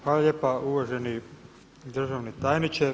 Hvala lijepa uvaženi državni tajniče.